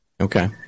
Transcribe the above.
Okay